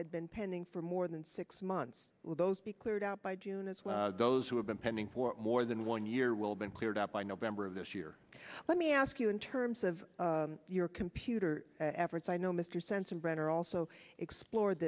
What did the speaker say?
had been pending for more than six months will those be cleared out by june as well those who have been pending for more than one year will been cleared out by november of this year let me ask you in terms of your computer efforts i know mr sensenbrenner also explored